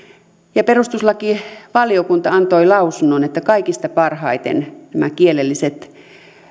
ja perustuslakivaliokunta antoi lausunnon että kaikista parhaiten nämä kielelliset